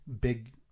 big